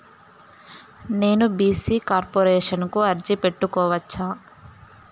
నేను BC corporation కు అర్జీ పెట్టుకోవచ్చా?